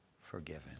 forgiven